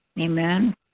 Amen